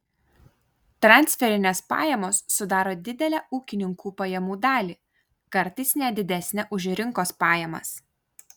transferinės pajamos sudaro didelę ūkininkų pajamų dalį kartais net didesnę už rinkos pajamas